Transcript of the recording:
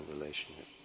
relationship